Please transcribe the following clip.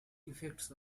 effects